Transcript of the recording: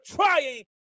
trying